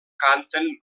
canten